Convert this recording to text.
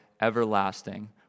everlasting